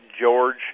George